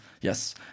yes